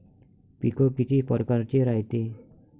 पिकं किती परकारचे रायते?